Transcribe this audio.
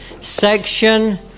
section